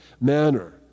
manner